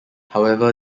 however